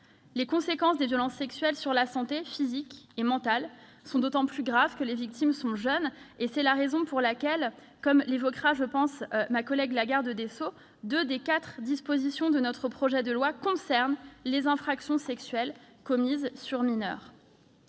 Les conséquences des violences sexuelles sur la santé physique et mentale sont d'autant plus graves que les victimes sont jeunes. C'est la raison pour laquelle, comme l'évoquera, je pense, ma collègue garde des sceaux, deux des quatre dispositions de notre projet de loi concernent les infractions sexuelles commises sur mineur.